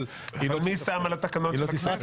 אבל היא --- מי שם על התקנון של הכנסת?